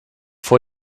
vor